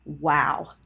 wow